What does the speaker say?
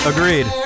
Agreed